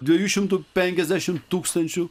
dviejų šimtų penkiasdešimt tūkstančių